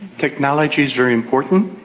technology is very important.